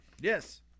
Yes